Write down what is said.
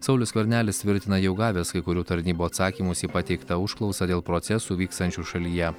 saulius skvernelis tvirtina jau gavęs kai kurių tarnybų atsakymus į pateiktą užklausą dėl procesų vykstančių šalyje